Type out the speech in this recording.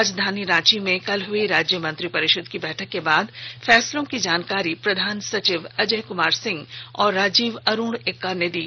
राजधानी रांची में कल हुई राज्य मंत्रिपरिषद की बैठक के बाद फैसलों की जानकारी प्रधान सचिव अजय कुमार सिंह और राजीव अरुण एक्का ने दी